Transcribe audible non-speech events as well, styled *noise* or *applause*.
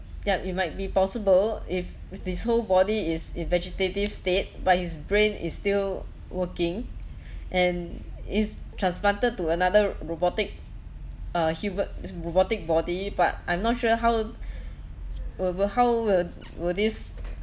yup it might be possible if with his whole body is in vegetative state but his brain is still working *breath* and is transplanted to another robotic uh human robotic body but I'm not sure how *breath* robo~ how will will this